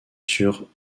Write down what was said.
sur